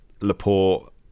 Laporte